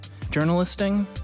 journalisting